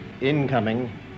incoming